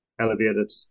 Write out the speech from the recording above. elevated